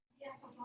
yes